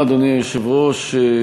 אדוני היושב-ראש,